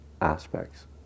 aspects